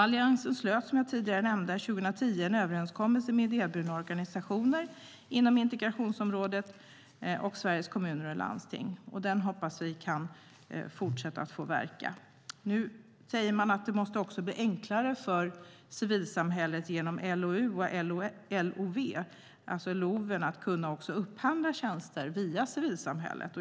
Alliansen slöt, som jag tidigare nämnde, år 2010 en överenskommelse med idéburna organisationer inom integrationsområdet och Sveriges Kommuner och Landsting. Vi hoppas att den kan få fortsätta att verka. Nu säger man att det måste bli enklare att genom LOU och LOV kunna upphandla tjänster via civilsamhället.